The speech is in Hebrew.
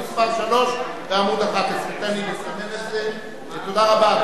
תודה רבה.